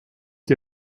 die